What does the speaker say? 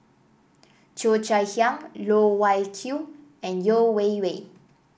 Cheo Chai Hiang Loh Wai Kiew and Yeo Wei Wei